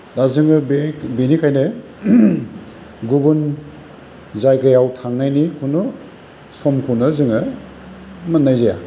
दा जोङो बे बिनिखायनो गुबुन जायगायाव थांनायनि कुनु समखौनो जोङो मोननाय जाया